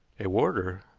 a warder!